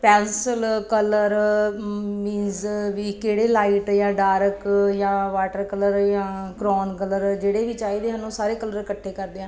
pencil colour means ਵੀ ਕਿਹੜੇ light ਜਾਂ ਡਾਰਕ ਜਾਂ ਵਾਟਰ ਕਲਰ ਜਾਂ ਕ੍ਰੋਨ ਕਲਰ ਜਿਹੜੇ ਵੀ ਚਾਹੀਦੇ ਹਨ ਉਹ ਸਾਰੇ ਕਲਰ ਇਕੱਠੇ ਕਰਦੇ ਹਾਂ